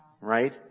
right